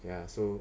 ya so